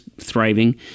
thriving